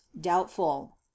doubtful